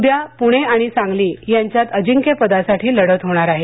उद्या पुणे आणि सांगली यांच्यात अजिंक्यपदासाठी लढत होणार आहे